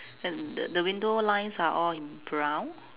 and the the window lines are all in brown